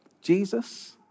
Jesus